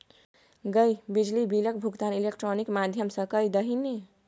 गै बिजली बिलक भुगतान इलेक्ट्रॉनिक माध्यम सँ कए दही ने